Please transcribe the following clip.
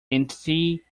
entity